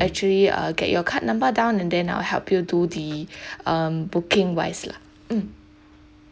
actually uh get your card number down and then I'll help you do the um booking wise lah mm